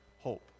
hope